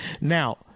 Now